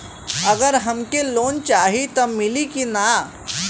अगर हमके लोन चाही त मिली की ना?